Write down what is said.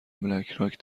بلکراک